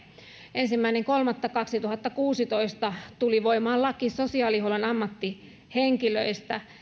ensimmäinen kolmatta kaksituhattakuusitoista tuli voimaan laki sosiaalihuollon ammattihenkilöistä